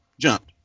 jumped